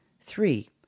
Three